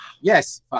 Yes